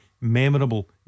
Memorable